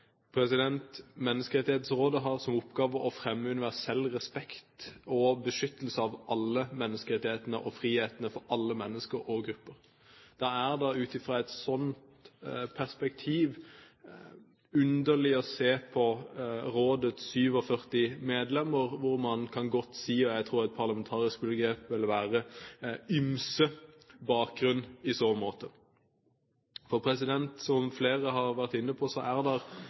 Menneskerettighetsrådet har som oppgave å fremme universell respekt for og beskyttelse av alle menneskerettighetene og frihetene for alle mennesker og grupper. Det er ut fra et sånt perspektiv underlig å se på rådets 47 medlemmer – og man kan godt si at et parlamentarisk begrep i så måte vil være – med «ymse» bakgrunn. Som flere har vært inne på, er